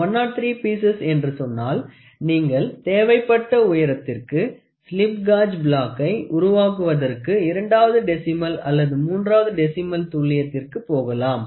103 pieces என்று சொன்னாள் நீங்கள் தேவைப்பட்ட உயரத்திற்கு ஸ்லிப் காஜ் பிளாக்கை உருவாக்குவதற்கு இரண்டாவது டெசிமல் அல்லது மூன்றாவது டெசிமல் துல்லியத்திற்கு போகலாம்